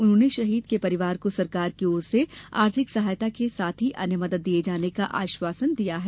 उन्होंने शहीद परिवार को सरकार की ओर से आर्थिक सहायता के साथ ही अन्य मदद दिये जाने का आश्वासन दिया है